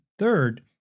Third